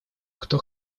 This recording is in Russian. кто